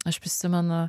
aš prisimenu